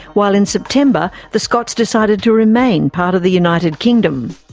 while in september the scots decided to remain part of the united kingdom.